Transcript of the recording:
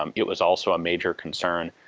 um it was also a major concern.